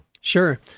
Sure